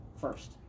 first